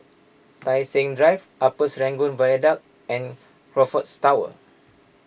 Tai Seng Drive Upper Serangoon Viaduct and Crockfords Tower